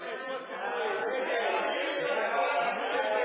הצעת הוועדה המשותפת לוועדת הכלכלה